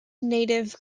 native